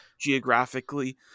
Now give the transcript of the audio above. geographically